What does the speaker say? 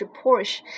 Porsche